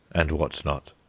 and what not.